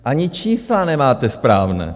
Ani čísla nemáte správná.